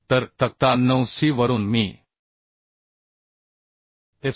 तर तक्ता 9 सी वरून मी fcd